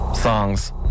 songs